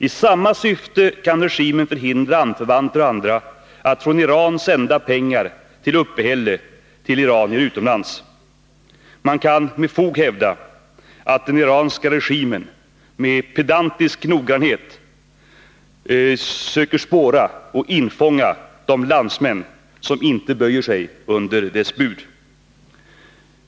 I samma syfte kan regimen förhindra anförvanter och andra att från Iran till iranier utomlands sända pengar för uppehället. Man kan med fog hävda att den iranska regimen med ”pedantisk noggrannhet” söker spåra och infånga de landsmän som inte böjer sig under dess bud.